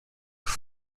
have